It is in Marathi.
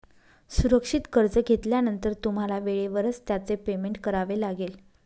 सुरक्षित कर्ज घेतल्यानंतर तुम्हाला वेळेवरच त्याचे पेमेंट करावे लागेल